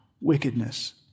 wickedness